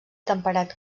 temperat